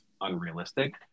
unrealistic